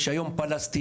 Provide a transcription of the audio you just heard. יש היום פלסטינאים.